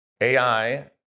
AI